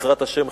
בעזרת השם,